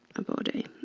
a body.